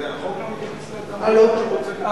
החוק לא מתייחס לאדם שרוצה לקנות,